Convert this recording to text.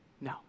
No